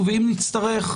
ואם נצטרך,